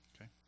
Okay